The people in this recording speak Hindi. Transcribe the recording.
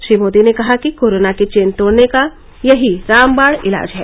श्री मोदी ने कहा कि कोरोना की चेन तोडने का यही रामवाण इलाज है